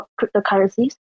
cryptocurrencies